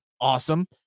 awesome